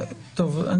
רק תדייק.